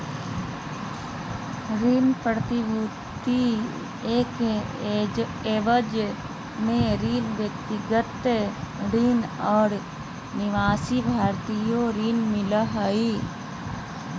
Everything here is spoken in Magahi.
ऋण प्रतिभूति के एवज में ऋण, व्यक्तिगत ऋण और अनिवासी भारतीय ऋण मिला हइ